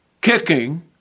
kicking